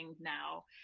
now